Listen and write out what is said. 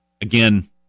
again